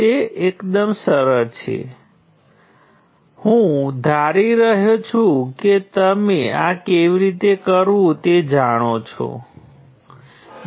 તેથી મારી પાસે આ G ને બદલે હું તેને લાલ રંગમાં બતાવીશ તે G G હશે